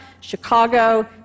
Chicago